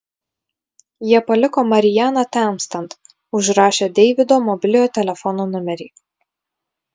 jie paliko marianą temstant užrašę deivido mobiliojo telefono numerį